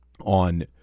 on